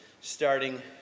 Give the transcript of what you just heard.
starting